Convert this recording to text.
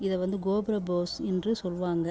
இதை வந்து கோபுர போஸ் என்று சொல்வாங்க